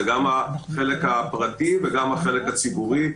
זה גם החלק הפרטי וגם החלק הציבורי.